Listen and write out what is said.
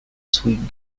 sweet